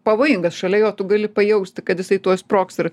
pavojingas šalia jo tu gali pajausti kad jisai tuoj sprogs ir